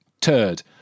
turd